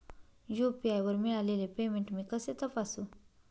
UPI वर मिळालेले payment मी कसे तपासू?